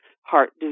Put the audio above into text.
heart